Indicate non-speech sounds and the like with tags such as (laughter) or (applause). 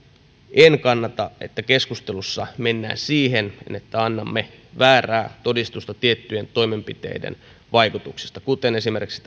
en kannata sitä että keskustelussa mennään siihen että annamme väärää todistusta tiettyjen toimenpiteiden vaikutuksista kuten esimerkiksi (unintelligible)